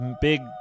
big